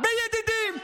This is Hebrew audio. בידידים.